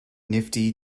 fifty